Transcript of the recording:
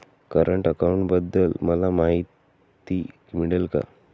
Current अकाउंटबद्दल मला माहिती मिळेल का?